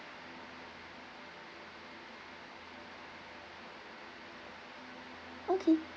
okay